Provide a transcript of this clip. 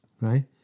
right